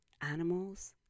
animals